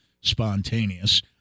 spontaneous